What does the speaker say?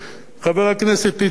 חבר הכנסת יצחק כהן,